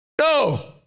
No